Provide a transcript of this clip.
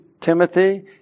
Timothy